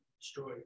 destroy